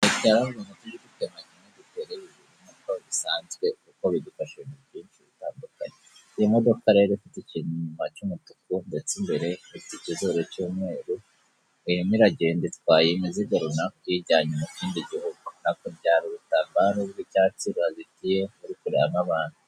Ibigaragara nkuko bisanzwe kuko bidufasha ibintu byinshi bitandukanye iyo modoka rero ifite ikintu inyuma cy'umutuku ndetse imbere ifite ikizuri cy'umweru rwemi iragenda itwaye imiziga runaka iyijyanye mu kindi gihugu hakurya hari urutambaro rw'icyatsi bazitiye muri kureba nk'abantu.